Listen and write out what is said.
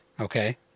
Okay